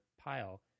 pile